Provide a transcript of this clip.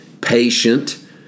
patient